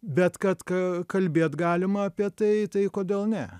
bet kad ka kalbėt galima apie tai kodėl ne